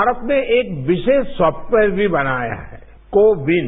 भारत ने एक विशेष सॉफ्टवेयर भी बनाया है को विन